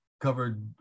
covered